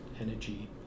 Energy